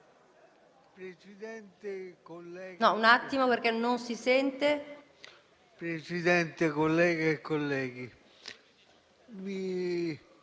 Presidente, colleghe e colleghi, ho